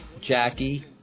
Jackie